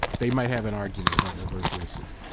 they might have an argument about reverse racism.